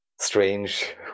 strange